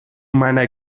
meiner